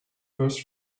first